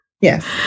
yes